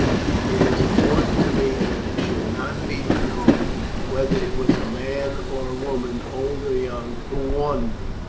it is important to me that it should not be known whether it was man or woman, old or young, who warned me.